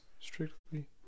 strictly